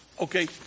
Okay